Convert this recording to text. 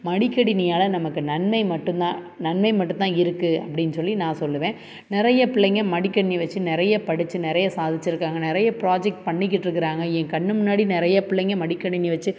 மடிக்கணினியால் நமக்கு நன்மை மட்டும்தான் நன்மை மட்டும்தான் இருக்குது அப்படின்னு சொல்லி நான் சொல்லுவேன் நிறைய பிள்ளைங்க மடிக்கணினி வச்சு நிறைய படித்து நிறைய சாதிச்சுருக்காங்க நிறைய ப்ராஜெக்ட் பண்ணிக்கிட்டிருக்குறாங்க என் கண் முன்னாடி நிறைய பிள்ளைங்க மடிக்கணினி வச்சு